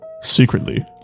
Secretly